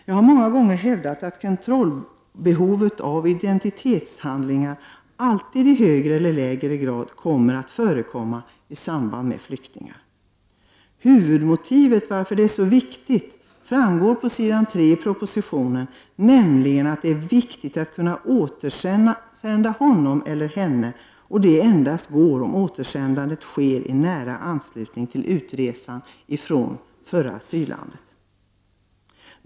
Jag har många gånger hävdat att behovet av kontroll av identitetshandlingar alltid i högre eller lägre grad kommer att finnas i samband med flyktingar. Huvudmotivet för denna kontroll framgår av s. 3 i propositionen, nämligen att det är viktigt att kunna återsända den asylsökande, och det går endast om återsändandet sker i nära anslutning till utresan från förra asyllandet.